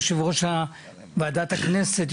יושב-ראש ועדת הכנסת,